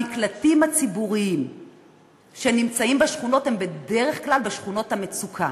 המקלטים הציבוריים שנמצאים בשכונות הם בדרך כלל בשכונות המצוקה.